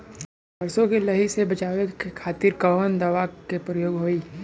सरसो के लही से बचावे के खातिर कवन दवा के प्रयोग होई?